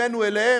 ממנו אליהם,